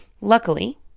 Luckily